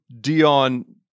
Dion